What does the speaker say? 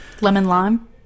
Lemon-lime